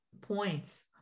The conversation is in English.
points